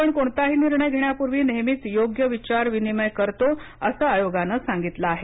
आपण कोणताही निर्णय घेण्यापूर्वी नेहमीच योग्य विचारविनिमय करतो असं आयोगानं सांगितलं आहे